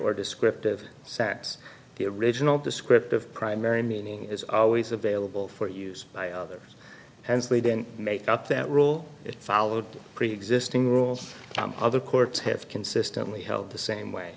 or descriptive sapps the original descriptive primary meaning is always available for use by others hensley didn't make up that rule it followed preexisting rules other courts have consistently held the same way